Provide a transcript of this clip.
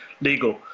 legal